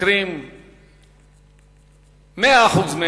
ש-100% שלהם,